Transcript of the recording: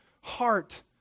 heart